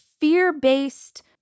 fear-based